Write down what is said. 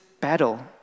battle